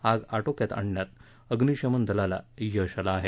आग आटोक्यात आणण्यात अग्निशमन दलाला यश आलं आहे